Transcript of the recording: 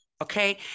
okay